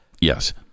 yes